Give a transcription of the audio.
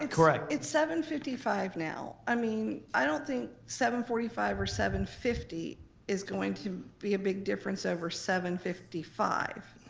and correct. it's seven fifty five now. i mean, i don't think seven forty five or seven fifty is going to be a big difference over seven fifty five.